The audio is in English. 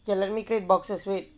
okay let me create boxes wait